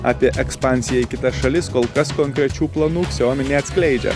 apie ekspansiją į kitas šalis kol kas konkrečių planų xiaomi neatskleidžia